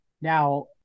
Now